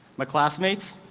my classmates,